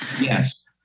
yes